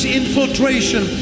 infiltration